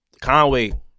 Conway